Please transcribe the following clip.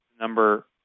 number